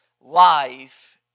Life